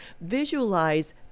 visualize